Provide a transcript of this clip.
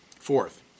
Fourth